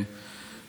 לפי מי?